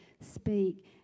speak